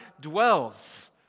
dwells